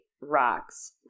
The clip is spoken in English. rocks